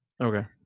Okay